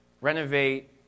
renovate